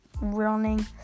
running